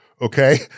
okay